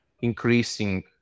increasing